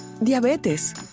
Diabetes